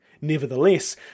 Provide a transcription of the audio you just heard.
Nevertheless